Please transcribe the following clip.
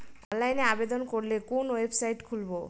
অনলাইনে আবেদন করলে কোন ওয়েবসাইট খুলব?